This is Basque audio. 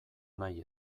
nahi